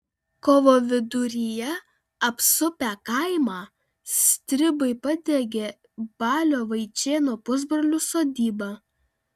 kovo viduryje apsupę kaimą stribai padegė balio vaičėno pusbrolių sodybą